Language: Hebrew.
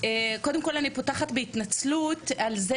אני פותחת בהתנצלות על זה